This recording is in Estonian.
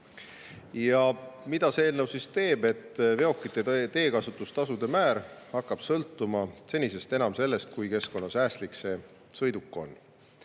Ja mida see eelnõu teeb: veokite teekasutustasude määr hakkab sõltuma senisest enam sellest, kui keskkonnasäästlik sõiduk on.